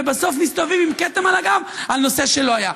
ובסוף מסתובבים עם כתם על הגב על נושא שלא היה.